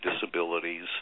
disabilities